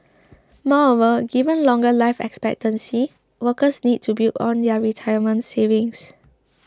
moreover given longer life expectancy workers need to build on their retirement savings